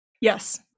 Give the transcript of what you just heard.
Yes